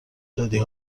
دادی